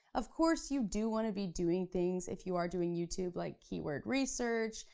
of course, you do wanna be doing things if you are doing youtube, like keyword research,